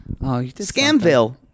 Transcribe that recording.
Scamville